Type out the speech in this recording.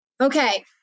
Okay